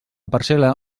parcel·la